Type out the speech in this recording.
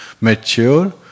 mature